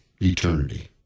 Eternity